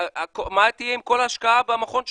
מה יהיה עם כל ההשקעה במכון שלכם?